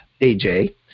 AJ